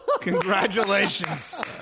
congratulations